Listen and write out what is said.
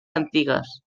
antigues